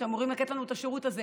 שאמורות לתת לנו את השירות הזה,